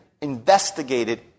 investigated